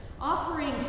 offering